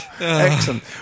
Excellent